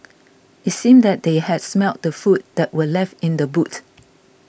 it seemed that they had smelt the food that were left in the boot